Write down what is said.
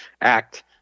act